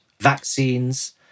vaccines